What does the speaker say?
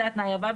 זה התנאי הבא,